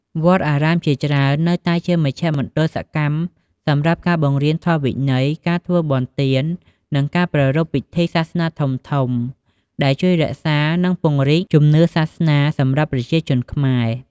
វត្តអារាមជាច្រើននៅតែជាមជ្ឈមណ្ឌលសកម្មសម្រាប់ការបង្រៀនធម៌វិន័យ ការធ្វើបុណ្យទាន និងការប្រារព្ធពិធីសាសនាធំៗ ដែលជួយរក្សា និងពង្រីកជំនឿសាសនាសម្រាប់ប្រជាជន។